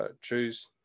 choose